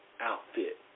outfit